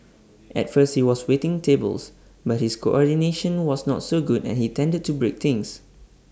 at first he was waiting tables but his coordination was not so good and he tended to break things